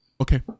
Okay